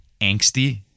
angsty